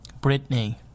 Britney